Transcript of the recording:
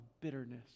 bitterness